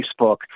Facebook